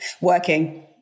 Working